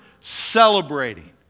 celebrating